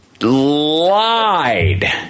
lied